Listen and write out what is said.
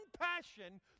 passion